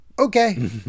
Okay